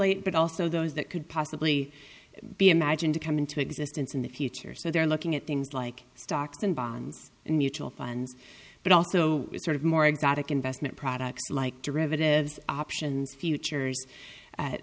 eight but also those that could possibly be imagined to come into existence in the future so they're looking at things like stocks and bonds and mutual funds but also sort of more exotic investment products like derivatives options futures